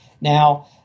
Now